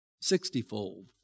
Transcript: sixtyfold